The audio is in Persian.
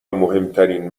مهمترین